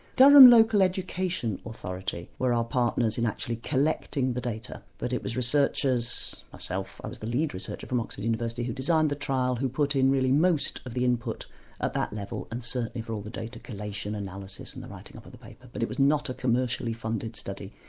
durham local education authority were our partners in actually collecting the data, data, but it was researchers, myself, i was the lead researcher from oxford university who designed the trial, who put in really most of the input at that level and certainly for all the data, collation, analysis and the writing up of the paper but it was not a commercially funded study.